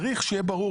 צריך שיהיה ברור.